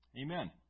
Amen